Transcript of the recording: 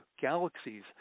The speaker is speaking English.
galaxies